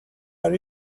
are